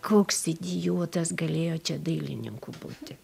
koks idiotas galėjo čia dailininku būti